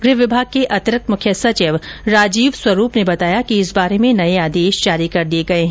गृह विभाग के अतिरिक्त मुख्य सचिव राजीव स्वरूप ने बताया कि इस बारे में नये आदेश जारी कर दिये गये है